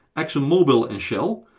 exxonmobil and shell,